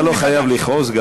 אתה לא חייב לכעוס.